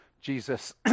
Jesus